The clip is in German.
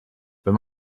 wenn